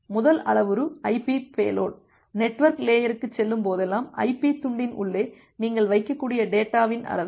முதல் அளவுரு IP payload network layer க்குச் செல்லும் போதெல்லாம் IP துண்டின் உள்ளே நீங்கள் வைக்கக்கூடிய டேட்டாவின் அளவு